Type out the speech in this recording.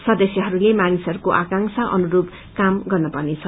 सदस्यहरूले मानिसहरूको आकांका अनुसू काम गर्नपर्नेछ